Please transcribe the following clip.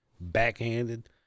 backhanded